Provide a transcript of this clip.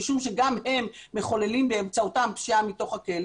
משום שגם הם מחוללים באמצעותם פשיעה מתוך הכלא,